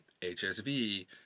HSV